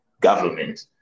government